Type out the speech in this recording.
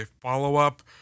follow-up